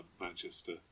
Manchester